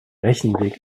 rechenweg